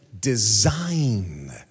design